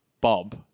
Bob